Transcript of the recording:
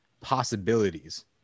possibilities